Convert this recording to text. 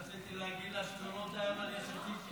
רציתי להגיד לה שלא תאיים על יש עתיד,